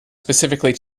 specifically